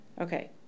Okay